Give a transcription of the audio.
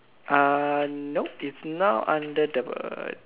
uh nope it's now under the